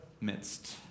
midst